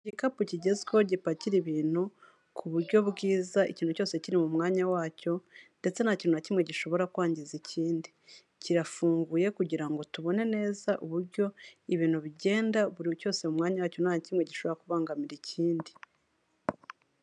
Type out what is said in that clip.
Igikapu kigezweho gipakira ibintu, ku buryo bwiza, ikintu cyose kiri mu mwanya wacyo ndetse nta kintu na kimwe gishobora kwangiza ikindi, kirafunguye kugira ngo tubone neza uburyo ibintu bigenda, buri cyose mu mwanya wacyo, nta na kimwe gishobora kubangamira ikindi.